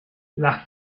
las